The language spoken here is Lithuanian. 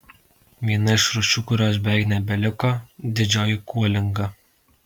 viena iš rūšių kurios beveik nebeliko didžioji kuolinga